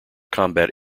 combat